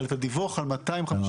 אבל את הדיווח על 250 רשויות מקומיות